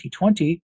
2020